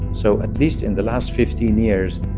so at least in the last fifteen years,